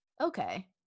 okay